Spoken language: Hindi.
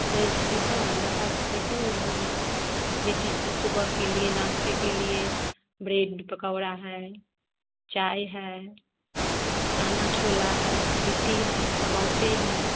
जैसे कि हाँ बता सकते क्यों नहीं लिट्टी सुबह के लिए नाश्ते के लिए ब्रेड पकौड़ा है चाय है चाना छोला है लिट्टी है समोसे हैं